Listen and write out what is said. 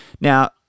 Now